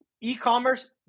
E-commerce